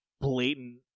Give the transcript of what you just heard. blatant